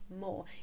more